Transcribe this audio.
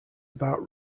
about